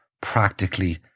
practically